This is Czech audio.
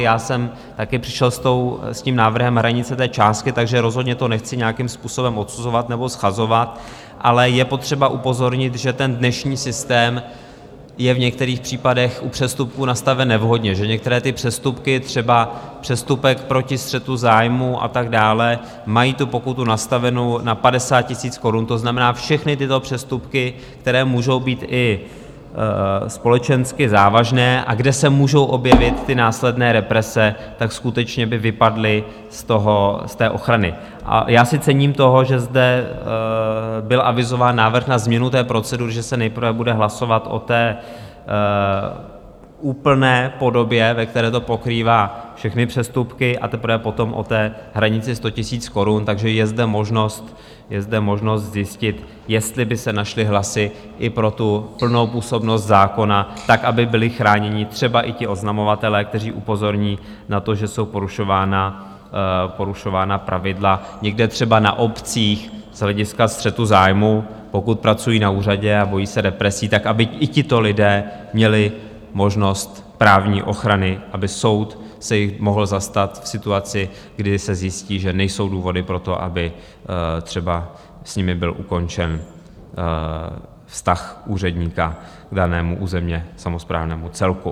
Já jsem taky přišel s návrhem hranice té částky, takže rozhodně to nechci nějakým způsobem odsuzovat nebo shazovat, ale je potřeba upozornit, že dnešní systém je v některých případech u přestupků nastaven nevhodně, že některé ty přestupky, třeba přestupek proti střetu zájmů a tak dále, mají tu pokutu nastavenu na 50 000 korun, to znamená všechny přestupky, které můžou být i společensky závažné a kde se můžou objevit ty následné represe, skutečně by vypadly z té ochrany, a cením si toho, že zde byl avizován návrh na změnu procedury, že se nejprve bude hlasovat o té úplné podobě, ve které pokrývá všechny přestupky, a teprve potom o hranici 100 000 korun, takže je zde možnost zjistit, jestli by se našly hlasy i pro plnou působnost zákona tak, aby byli chráněni třeba i ti oznamovatelé, kteří upozorní na to, že jsou porušována pravidla někde třeba na obcích z hlediska střetu zájmů, pokud pracují na úřadě a bojí se represí, tak aby i tito lidé měli možnost právní ochrany, aby soud se jich mohl zastat v situaci, kdy se zjistí, že nejsou důvody pro to, aby třeba s nimi byl ukončen vztah úředníka k danému územně samosprávnému celku.